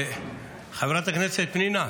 חברת הכנסת פנינה,